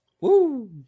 Woo